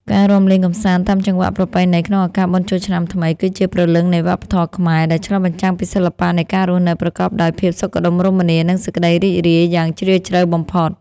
ការរាំលេងកម្សាន្តតាមចង្វាក់ប្រពៃណីក្នុងឱកាសបុណ្យចូលឆ្នាំថ្មី គឺជាព្រលឹងនៃវប្បធម៌ខ្មែរ ដែលឆ្លុះបញ្ចាំងពីសិល្បៈនៃការរស់នៅប្រកបដោយភាពសុខដុមរមនា និងសេចក្តីរីករាយយ៉ាងជ្រាលជ្រៅបំផុត។